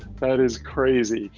that is crazy.